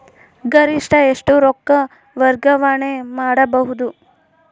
ಗರಿಷ್ಠ ಎಷ್ಟು ರೊಕ್ಕ ವರ್ಗಾವಣೆ ಮಾಡಬಹುದು?